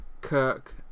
Kirk